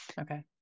Okay